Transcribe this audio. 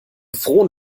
frohen